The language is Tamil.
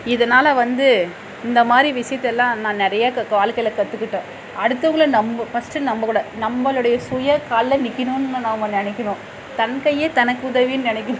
இதனால் வந்து இந்த மாதிரி விஷயத்தெல்லாம் நான் நிறையா வாழ்க்கைல கற்றுக்கிட்டேன் அடுத்தவங்கள நம்ம ஃபர்ஸ்டு நம்ம நம்ம கூடாது நம்மளுடைய சுய காலில் நிற்கணுன்னு நம்ம அவங்க நினைக்கணும் தன் கையே தனக்கு உதவின்னு நினைக்கணும்